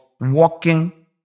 walking